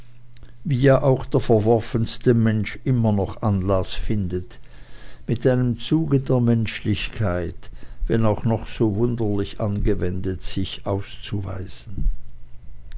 wie ja auch der verworfenste mensch immer noch anlaß findet mit einem zuge der menschlichkeit wenn auch noch so wunderlich angewendet sich auszuweisen